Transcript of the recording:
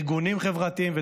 ארגונים חברתיים ותושבים.